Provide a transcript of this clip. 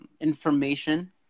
information